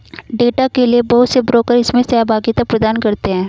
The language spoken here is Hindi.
डेटा के लिये बहुत से ब्रोकर इसमें सहभागिता प्रदान करते हैं